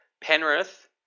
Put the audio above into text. Penrith